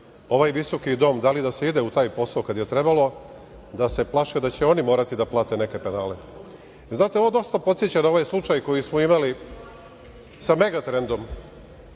ovaj visoki dom da li da se ide u taj posao kad je trebalo, da se plaše da će oni morati da plate neke penale. Znate, ovo dosta podseća na onaj slučaj koji smo imali sa "Megatrendom",